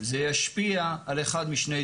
זה ישפיע על אחד משני דברים: